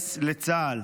להתגייס לצה"ל.